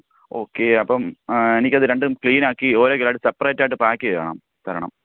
okay അപ്പം എനിക്ക് അത് രണ്ടും ക്ലീൻ ആക്കി ഓരോ കിലോ ആയിട്ട് സെപ്രേയ്റ്റ് ആയിട്ട് പാക്ക് ചെയ്യണം തരണം